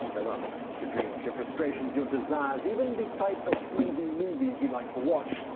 your loves, your dreams, your frustrations, your desires, even the type of sleazy movies you liked to watch,